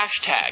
hashtag